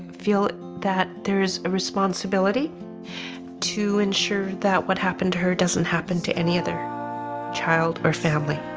feel that there's a responsibility to ensure that what happened to her doesn't happen to any other child or family.